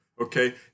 okay